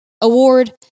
award